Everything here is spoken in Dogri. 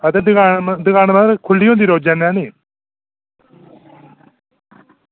ते दुकान म्हाराज खु'ल्ली दी होंदी रोज़ै कन्नै नी